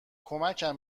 کمکم